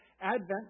Advent